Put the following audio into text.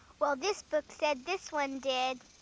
well this book said this one did.